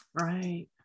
Right